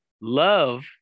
love